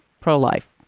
pro-life